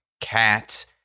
cats